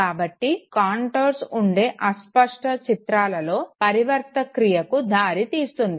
కాబట్టి కాంటోర్స్లో ఉండే అస్పష్టత చిత్రాలలో పరవర్తక్రియకు దారి తీస్తుంది